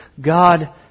God